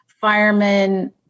firemen